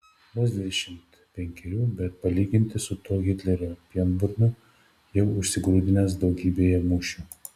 vos dvidešimt penkerių bet palyginti su tuo hitlerio pienburniu jau užsigrūdinęs daugybėje mūšių